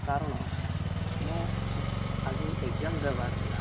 କାରଣ ମୁଁ ଆଜି ଏକ୍ଜାମ୍ ଦେବାର ଥିଲା